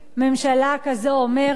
ממשלה כזאת אומרת: